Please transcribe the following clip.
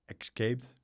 escaped